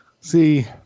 see –